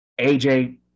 aj